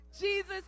Jesus